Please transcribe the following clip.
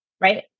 right